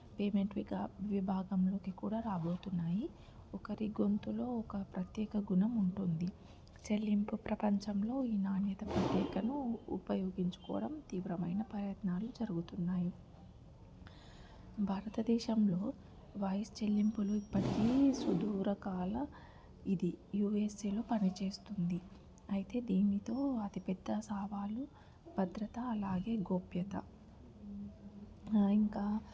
payment విభాగంలోకి కూడా రాబోతున్నాయి ఒకరి గొంతులో ఒక ప్రత్యేక గుణం ఉంటుంది చెల్లింపు ప్రపంచంలో ఈ న్యాణ్యత ప్రత్యేకతను ఉపయోగించుకోవడం తీవ్రమైన ప్రయత్నాలు జరుగుతున్నాయి భారతదేశంలో వాయిస్ చెల్లింపులు ఇప్పటికీ సుధూరుకాల ఇది యుఎస్ఏలో పనిచేస్తుంది అయితే దీనితో అతిపెద్ద సవాళ్లు భద్రత అలాగే గోప్యత ఇంకా